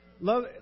Love